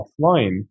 offline